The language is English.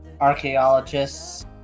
Archaeologists